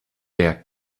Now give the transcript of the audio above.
der